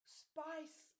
spice